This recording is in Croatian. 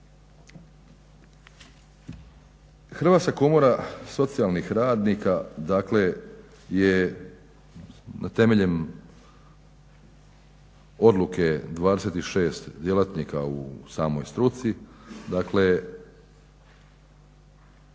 Hrvatska komora socijalnih radnika dakle je temelju odluke 26 djelatnika u samoj struci